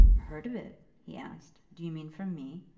heard of it? he asked. do you mean from me?